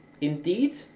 indeed